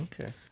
Okay